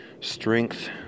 strength